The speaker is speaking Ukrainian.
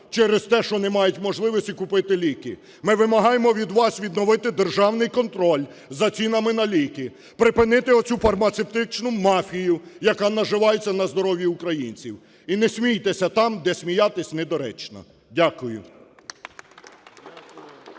через те, що вони не мають можливості купити ліки! Ми вимагаємо від вас відновити державний контроль за цінами на ліки, припинити оцю фармацевтичну мафію, яка наживається на здоров'ї українців. І не смійтеся там, де сміятися недоречно.